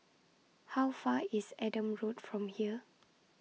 How Far IS Adam Road from here